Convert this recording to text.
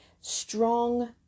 strong